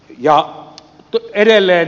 ja edelleen